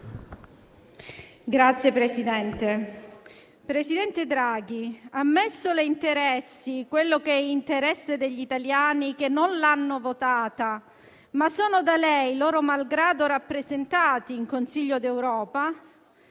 Presidente, signor presidente Draghi, ammesso le interessi ciò che è interesse degli italiani che non l'hanno votata, ma sono da lei, loro malgrado, rappresentati nel Consiglio europeo,